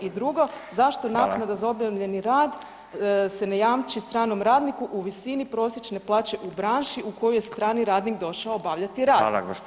I drugo, zašto naknada za objavljeni rad se ne jamči stranom radniku u visini prosječne plaće u branši u koju je strani radnik došao obavljati rad?